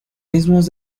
mismos